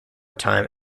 time